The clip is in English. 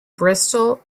bristol